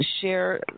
share